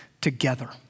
together